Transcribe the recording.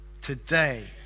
today